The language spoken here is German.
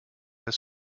des